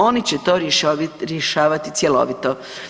Oni će to rješavati cjelovito.